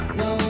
no